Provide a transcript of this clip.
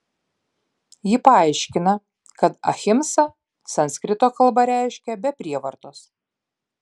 ji paaiškina kad ahimsa sanskrito kalba reiškia be prievartos